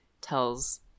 tells